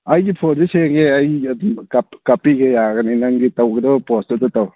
ꯑꯩꯒꯤ ꯐꯣꯟꯁꯦ ꯁꯦꯡꯉꯦ ꯑꯩ ꯑꯗꯨꯝ ꯀꯥꯞꯄꯤꯒꯦ ꯌꯥꯒꯅꯤ ꯅꯪꯒꯤ ꯇꯧꯒꯗꯕ ꯄꯣꯁꯇꯨꯗ ꯇꯧ